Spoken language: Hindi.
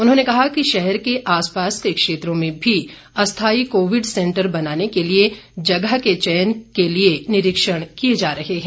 उन्होंने कहा कि शहर के आस पास के क्षेत्रों में भी अस्थाई कोविड सेंटर बनाने के लिए जगह के चयन के लिए निरीक्षण किए जा रहे हैं